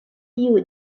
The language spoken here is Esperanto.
tiu